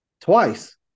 twice